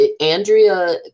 Andrea